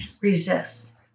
resist